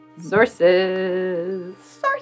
sources